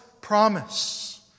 promise